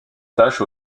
tâches